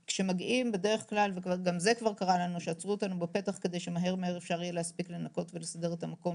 קרה לנו כבר שעצרו אותנו בפתח כדי שיהיה אפשר לנקות ולסדר במהירות,